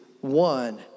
one